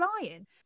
lying